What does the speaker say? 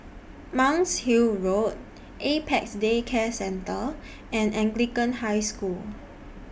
Monk's Hill Road Apex Day Care Centre and Anglican High School